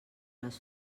les